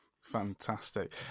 Fantastic